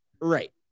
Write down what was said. Right